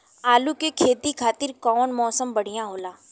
आलू के खेती खातिर कउन मौसम बढ़ियां होला?